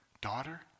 Daughter